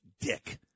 dick